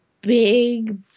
big